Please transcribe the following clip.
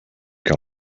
que